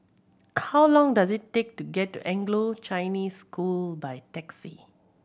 how long does it take to get to Anglo Chinese School by taxi